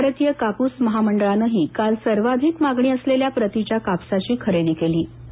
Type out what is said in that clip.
भारतीय कापूस महामंडळानंही काल सर्वाधिक मागणी असलेल्या प्रतीच्या कापसाची खरेदी केली आहे